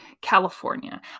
California